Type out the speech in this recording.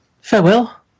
farewell